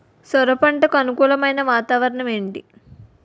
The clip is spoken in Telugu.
సొర పంటకు అనుకూలమైన వాతావరణం ఏంటి?